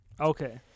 Okay